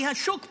כי השוק פרוץ,